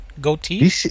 Goatee